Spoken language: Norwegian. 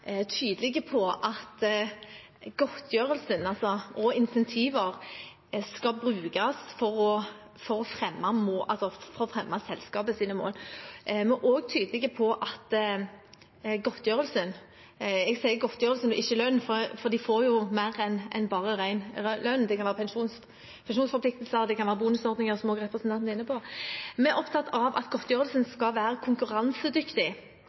på at godtgjørelser og insentiver skal brukes for å fremme selskapets mål. Vi er også tydelige på og opptatt av at godtgjørelsen – jeg sier godtgjørelse, ikke lønn, for de får jo mer enn bare ren lønn; de kan ha pensjonsforpliktelser, de kan ha bonusordninger, som også representanten er inne på – skal være konkurransedyktig, men ikke lønnsledende. Vi er opptatt av at styrene skal bidra til moderasjon. Det er styrene som fastsetter godtgjørelsen